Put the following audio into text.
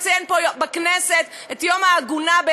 נציין פה בכנסת את יום העגונה.